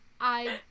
I-